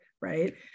right